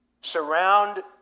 Surround